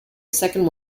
second